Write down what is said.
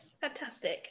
Fantastic